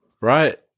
right